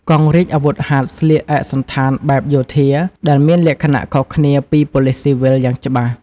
កងរាជអាវុធហត្ថស្លៀកឯកសណ្ឋានបែបយោធាដែលមានលក្ខណៈខុសគ្នាពីប៉ូលិសស៊ីវិលយ៉ាងច្បាស់។